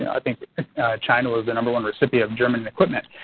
i think china was the number one recipient of german equipment.